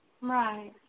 Right